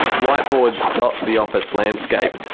whiteboards dot the office landscape,